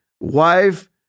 wife